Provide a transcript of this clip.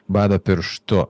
bado pirštu